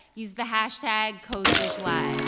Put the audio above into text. use the hashtag codeswitchlive um